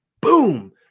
boom